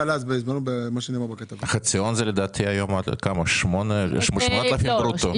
לדעתי החציון היום הוא 7,000 ברוטו.